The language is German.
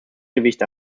gewicht